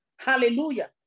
hallelujah